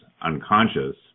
unconscious